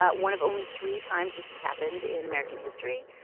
ah one of only three times this has happened in american history.